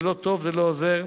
זה לא טוב, זה לא עוזר,